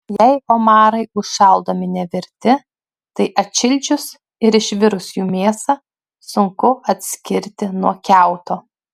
jei omarai užšaldomi nevirti tai atšildžius ir išvirus jų mėsą sunku atskirti nuo kiauto